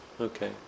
Okay